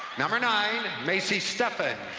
number nine, maci steffen.